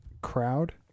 crowd